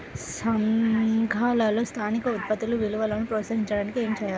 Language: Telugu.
సంఘాలలో స్థానిక ఉత్పత్తుల విలువను ప్రోత్సహించడానికి ఏమి చేయాలి?